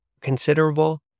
considerable